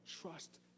trust